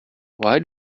why